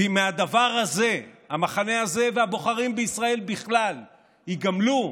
ואם מהדבר הזה המחנה הזה והבוחרים בישראל בכלל ייגמלו,